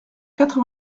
quatre